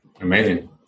Amazing